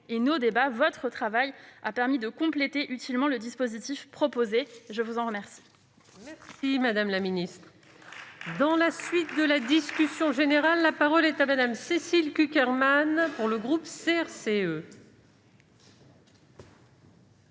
nos débats et votre travail ont permis de compléter utilement le dispositif proposé ; je vous en remercie.